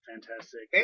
Fantastic